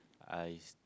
I